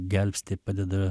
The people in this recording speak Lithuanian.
gelbsti padeda